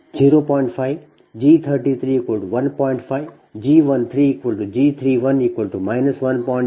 ಇದು ನಿಜವಾಗಿ ಇದು ನಿಮ್ಮ G 11 1